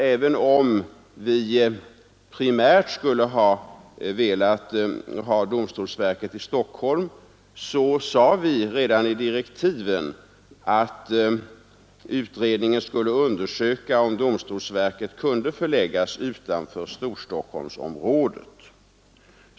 Även om vi primärt skulle ha velat ha domstolsverket i Stockholm, sade vi redan i direktiven att utredningen skulle undersöka om domstolsverket kunde förläggas utanför Storstockholmsområdet.